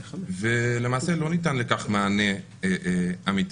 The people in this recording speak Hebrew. ולמעשה, לא ניתן לכך מענה אמיתי.